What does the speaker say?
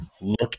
Look